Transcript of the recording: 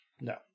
No